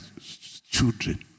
children